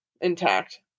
intact